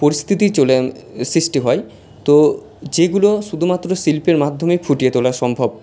পরিস্থিতি চলে সৃষ্টি হয় তো যেগুলো শুধুমাত্র শিল্পের মাধ্যমে ফুটিয়ে তোলা সম্ভব